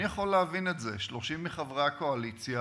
אני יכול להבין את זה, 30 מחברי הקואליציה